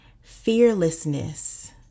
fearlessness